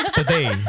today